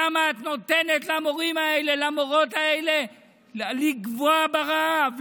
למה את נותנת למורים ולמורות האלה לגווע ברעב?